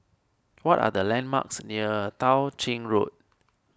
what are the landmarks near Tao Ching Road